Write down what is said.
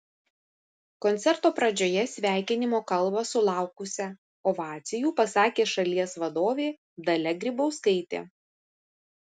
koncerto pradžioje sveikinimo kalbą sulaukusią ovacijų pasakė šalies vadovė dalia grybauskaitė